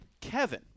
Kevin